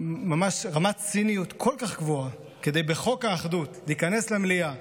רמת ציניות כל כך גבוהה כדי להיכנס למליאה